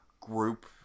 group